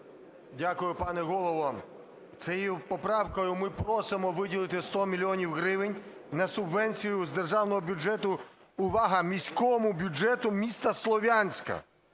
Дякую, пане Голово. Цією поправкою ми просимо виділити 100 мільйонів гривень на субвенцію з державного бюджету, увага, міському бюджету міста Слов'янська